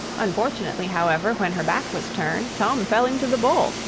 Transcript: unfortunately, however, when her back was turned, tom fell into the bowl,